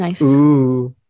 nice